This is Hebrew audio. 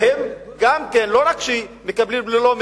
והם גם כן, לא רק שמקבלים ללא מכרז,